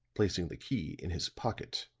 placing the key in his pocket.